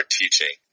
teaching